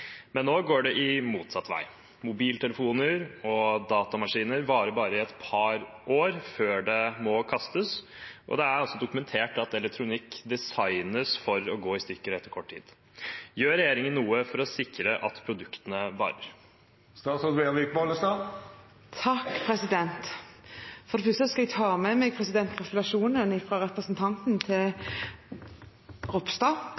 men nå går det motsatt vei. Mobiltelefoner og datamaskiner varer bare i et par år før det må kastes, og det er dokumentert at elektronikk designes for å gå i stykker etter kort tid. Gjør regjeringen noe for å sikre at produktene varer?» For det første skal jeg ta med meg gratulasjonene fra representanten til Ropstad.